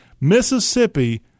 mississippi